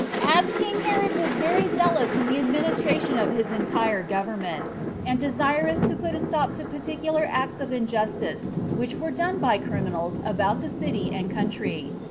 as king herod was very zealous in the administration of his entire government, and desirous to put a stop to particular acts of injustice which were done by criminals about the city and country,